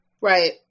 right